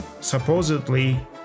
supposedly